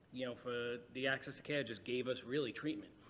you know, for the access to care just gave us really treatment.